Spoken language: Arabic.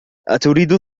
أتريد